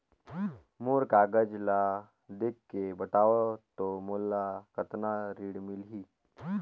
मोर कागज ला देखके बताव तो मोला कतना ऋण मिलही?